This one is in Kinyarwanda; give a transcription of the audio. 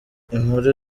inkuru